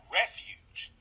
refuge